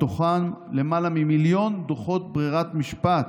למעלה ממיליון מהם דוחות ברירת משפט,